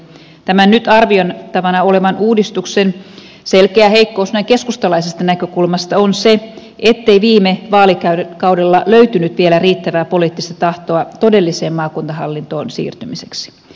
tämän nyt arvioitavana olevan uudistuksen selkeä heikkous näin keskustalaisesta näkökulmasta on se ettei viime vaalikaudella löytynyt vielä riittävää poliittista tahtoa todelliseen maakuntahallintoon siirtymiseksi